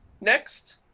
Next